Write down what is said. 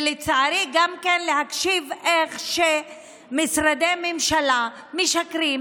ולצערי גם להקשיב למשרדי ממשלה שמשקרים,